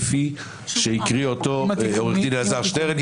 כפי שהקריא עו"ד אלעזר שטרן,